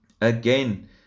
Again